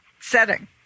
setting